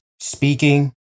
speaking